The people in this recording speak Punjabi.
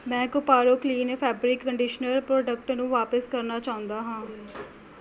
ਮੈਂ ਕੋਪਾਰੋ ਕਲੀਨ ਫੈਬਰਿਕ ਕੰਡੀਸ਼ਨਰ ਪ੍ਰੋਡਕਟ ਨੂੰ ਵਾਪਸ ਕਰਨਾ ਚਾਹੁੰਦਾ ਹਾਂ